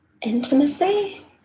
intimacy